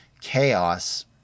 chaos